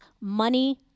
money